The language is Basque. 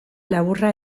laburra